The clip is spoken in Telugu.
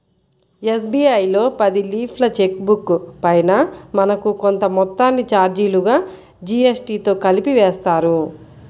ఎస్.బీ.ఐ లో పది లీఫ్ల చెక్ బుక్ పైన మనకు కొంత మొత్తాన్ని చార్జీలుగా జీఎస్టీతో కలిపి వేస్తారు